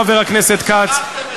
חבר הכנסת כץ,